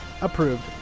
approved